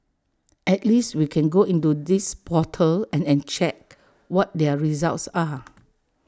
at least we can go into this portal and and check what their results are